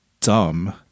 dumb